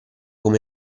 come